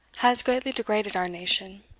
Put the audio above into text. has greatly degraded our nation,